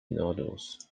nodules